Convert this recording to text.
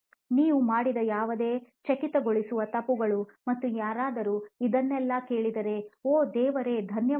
ನೀವು ಮಾಡಿದ ಯಾವುದೇ ಚಕಿತಗೊಳಿಸುವ ತಪ್ಪುಗಳು ಮತ್ತು ಯಾರಾದರೂ ಇದನ್ನೆಲ್ಲಾ ಕೇಳಿದರೆ ಓಹ್ ದೇವರೆ ಧನ್ಯವಾದಗಳು